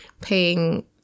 paying